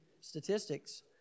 statistics